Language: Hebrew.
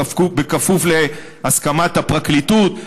בכפוף להסכמת הפרקליטות?